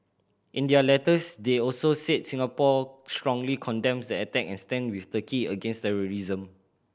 in their letters they also said Singapore strongly condemns the attack and stands with Turkey against terrorism